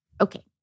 okay